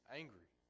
angry